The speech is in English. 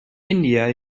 india